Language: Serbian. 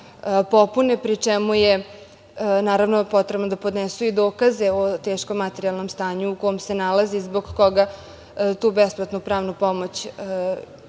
pri čemu je potrebno da podnesu i dokaze o teškom materijalnom stanju u kome se nalaze i zbog koga tu besplatnu pravnu pomoć i traže.